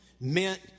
meant